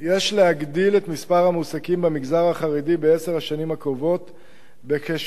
יש להגדיל את מספר המועסקים במגזר החרדי בעשר השנים הקרובות בכ-80,000,